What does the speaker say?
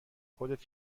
خودت